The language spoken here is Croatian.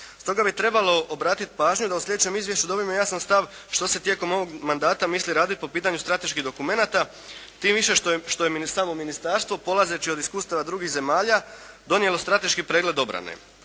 Stoga bi trebalo obratiti pažnju da u sljedećem izvješću dobimo jasan stav što se tijekom ovog mandata misli raditi po pitanju strateških dokumenata time više što je ministarstvo polazeći od iskustava drugih zemalja donijelo strateški pregled obrane.